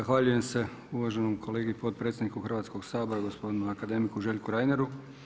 Zahvaljujem se uvaženom kolegi potpredsjedniku Hrvatskog sabora gospodinu akademiku Željku Reineru.